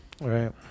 Right